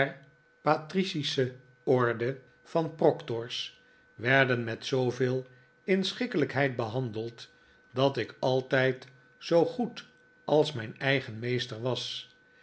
patricische orde van proctors werden met zooveel inschikkelijkheid behandeld dat ik altijd zoo goed als mijn eigen meester was